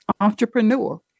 entrepreneur